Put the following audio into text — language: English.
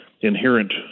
inherent